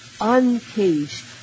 uncaged